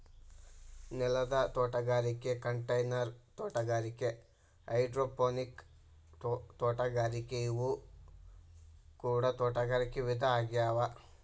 ನೆಲದ ತೋಟಗಾರಿಕೆ ಕಂಟೈನರ್ ತೋಟಗಾರಿಕೆ ಹೈಡ್ರೋಪೋನಿಕ್ ತೋಟಗಾರಿಕೆ ಇವು ಕೂಡ ತೋಟಗಾರಿಕೆ ವಿಧ ಆಗ್ಯಾವ